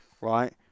right